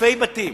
אלפי בתים,